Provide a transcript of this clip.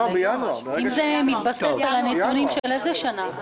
זה מתבסס על הנתונים של איזו שנה?